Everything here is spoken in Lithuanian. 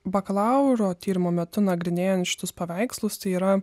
bakalauro tyrimų metu nagrinėjant šitus paveikslus tai yra